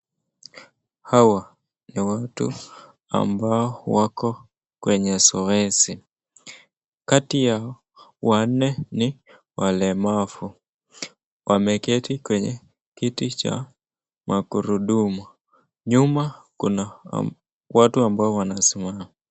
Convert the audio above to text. Hawa ni watu ambao wako kwenye zoezi. Kati ya wanne ni walemavu, wameketi kwenye kiti cha magurudumu. Nyuma kuna watu ambao wanasimama.